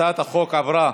הצעת החוק עברה,